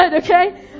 okay